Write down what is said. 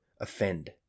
offend